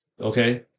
Okay